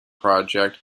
project